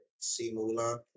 Simula